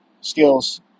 skills